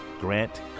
Grant